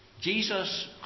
Jesus